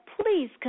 please